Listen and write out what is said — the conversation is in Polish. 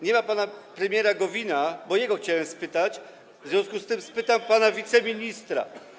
Nie ma pana premiera Gowina, a jego chciałem spytać, w związku z tym spytam pana wiceministra.